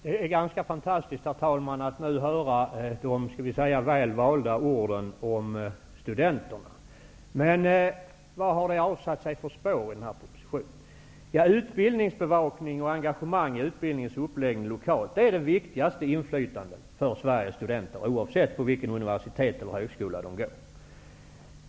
Herr talman! Det är ganska fantastiskt att höra dessa väl valda ord om studenterna. Men vad har de satt för spår i den här propositionen? Utbildningsbevakning och lokalt engagemang i utbildningens uppläggning är det viktigaste inflytandet för Sveriges studenter, oavsett på vilket universitet eller vilken högskola de går.